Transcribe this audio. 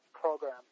program